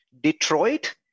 Detroit